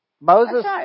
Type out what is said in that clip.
Moses